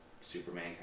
Superman